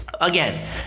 again